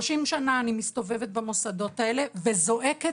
30 שנה אני מסתובבת במוסדות האלה וזועקת